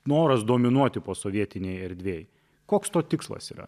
noras dominuoti posovietinėj erdvėj koks to tikslas yra